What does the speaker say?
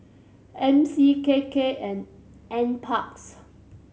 M C K K and N Parks